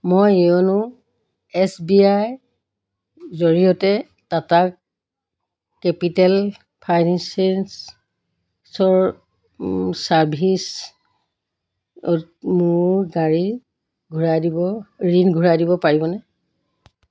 মই YONO S B I ৰ জৰিয়তে টাটা কেপিটেল ফাইনেন্সিয়েল চাৰ্ভিচেছ মোৰ গাড়ীৰ ঘূৰাই দিব ঋণ ঘূৰাই দিব পাৰিবনে